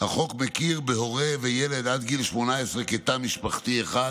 החוק מכיר בהורה וילד עד גיל 18 כתא משפחתי אחד